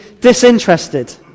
disinterested